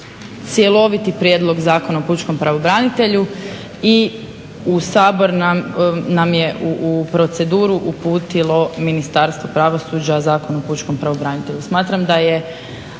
cjeloviti prijedlog Zakona o pučkom pravobranitelju i u Sabor nam je u proceduru uputilo Ministarstvo pravosuđa, Zakon o pučkom pravobranitelju.